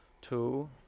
two